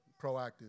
proactive